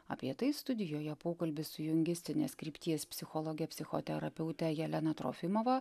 apie tai studijoje pokalbis su jungistinės krypties psichologe psichoterapeute jelena trofimova